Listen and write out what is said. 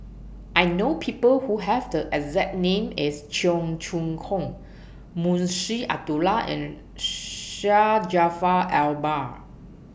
I know People Who Have The exact name as Cheong Choong Kong Munshi Abdullah and Syed Jaafar Albar